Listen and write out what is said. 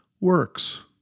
works